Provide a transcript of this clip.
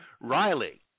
Riley